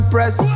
Press